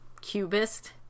cubist